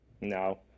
No